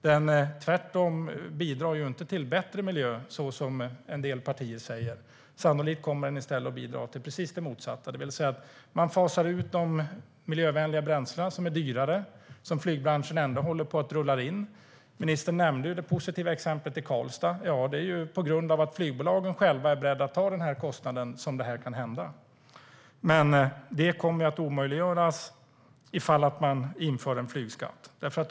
Den bidrar tvärtom inte till bättre miljö, så som en del partier säger. Sannolikt kommer den i stället att bidra till precis det motsatta. De miljövänliga bränslena, som är dyrare, fasas ut, som flygbranschen ändå håller på att rulla in. Ministern nämnde det positiva exemplet i Karlstad. Det är tack vare att flygbolagen själva är beredda att ta kostnaden som det kan hända. Men det kommer att omöjliggöras om en flygskatt införs.